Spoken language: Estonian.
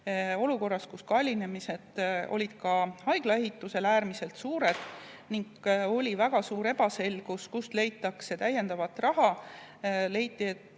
olukorras, kus kallinemised olid ka haigla ehitusel äärmiselt suured ning oli väga suur ebaselgus, kust leitakse täiendavat raha, leiti,